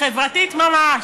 חברתית ממש.